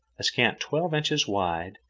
a scant twelve inches wide,